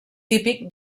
típic